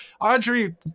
Audrey